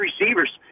receivers